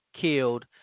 killed